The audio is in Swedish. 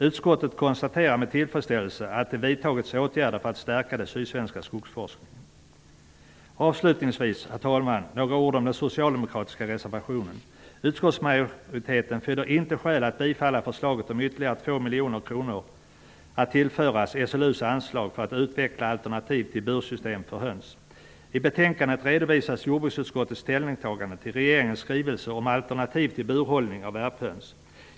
Utskottet konstaterar med tillfredsställelse att det vidtas åtgärder för att stärka den sydsvenska skogsforskningen. Herr talman! Låt mig avslutningsvis säga några ord om den socialdemokratiska reservationen. Utskottsmajoriteten finner inte skäl att bifalla förslaget om att ytterligare 2 miljoner kronor tillförs SLU:s anslag för att utveckla alternativ till bursystem för höns. I betänkandet redovisas jordbruksutskottets ställningstagande till regeringens skrivelse om alternativ till burhållning av värphöns.